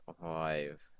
Five